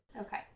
Okay